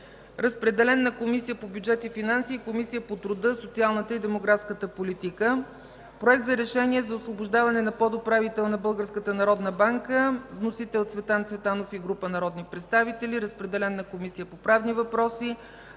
Разпределен е на Комисията по бюджет и финанси и на Комисията по труда, социалната и демографската политика. Проект за решение за освобождаване на подуправител на Българската народна банка. Вносители – Цветан Цветанов и група народни представители. Разпределен е на Комисията по правни въпроси.